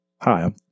Hi